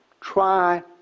try